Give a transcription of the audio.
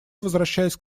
возвращаюсь